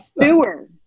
Sewer